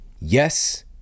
Yes